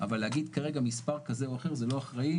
אבל להגיד כרגע מספר כזה או אחר זה לא אחראי.